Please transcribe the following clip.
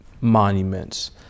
monuments